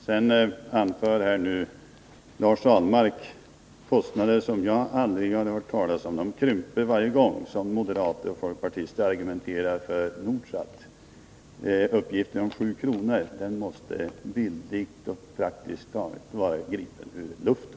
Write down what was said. Sedan uppger Lars Ahlmark kostnader som jag aldrig har hört talas om. De krymper varje gång som moderater och folkpartister argumenterar för Nordsat. Uppgiften om 7 kr. måste bildligt och praktiskt vara gripen ur luften.